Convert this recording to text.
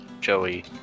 Joey